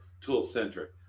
tool-centric